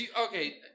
Okay